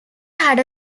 had